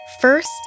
First